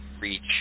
reach